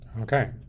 Okay